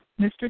Mr